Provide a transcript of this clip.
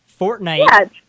Fortnite